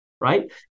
right